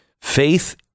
Faith